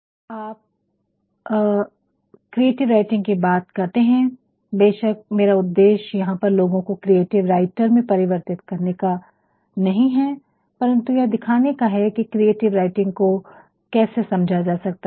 अब आप जब क्रिएटिव राइटिंग की बात करते हैं बेशक मेरा उद्देश्य यहां पर लोगों को क्रिएटिव राइटर में परिवर्तित करने का नहीं है परंतु यह दिखाने का है कि क्रिएटिव राइटिंग को कैसे समझा जा सकता है